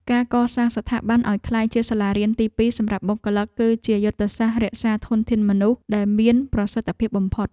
ការកសាងស្ថាប័នឱ្យក្លាយជាសាលារៀនទីពីរសម្រាប់បុគ្គលិក គឺជាយុទ្ធសាស្ត្ររក្សាធនធានមនុស្សដែលមានប្រសិទ្ធភាពបំផុត។